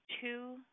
two